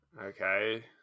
Okay